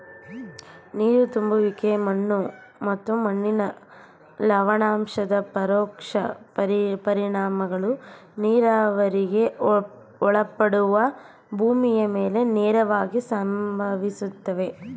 ನೀರು ತುಂಬುವಿಕೆ ಮತ್ತು ಮಣ್ಣಿನ ಲವಣಾಂಶದ ಪರೋಕ್ಷ ಪರಿಣಾಮಗಳು ನೀರಾವರಿಗೆ ಒಳಪಡುವ ಭೂಮಿಯ ಮೇಲೆ ನೇರವಾಗಿ ಸಂಭವಿಸ್ತವೆ